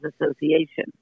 association